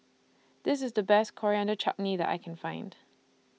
This IS The Best Coriander Chutney that I Can Find